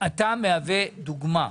אתה מהווה דוגמה,